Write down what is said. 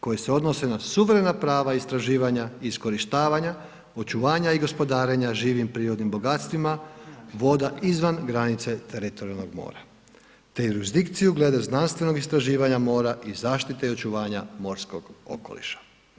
Koji se odnose na suvremena prava istraživanja, iskorištavanja, očuvanja i gospodarenja živim prirodnim bogatstvima voda izvan granica teritorijalnog mora te jurisdikciju glede znanstvenog istraživanja mora i zaštite i očuvanja morskog okoliša.